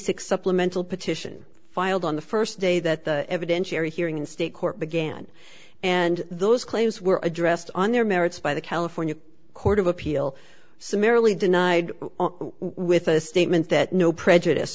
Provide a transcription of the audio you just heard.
six supplemental petition filed on the first day that the evidentiary hearing in state court began and those claims were addressed on their merits by the california court of appeal summarily denied with a statement that no prejudice